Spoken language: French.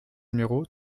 numéro